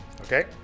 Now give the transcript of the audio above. Okay